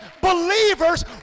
believers